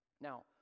Now